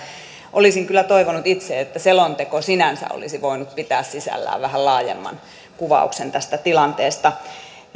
olisin kyllä itse toivonut että selonteko sinänsä olisi voinut pitää sisällään vähän laajemman kuvauksen tästä tilanteesta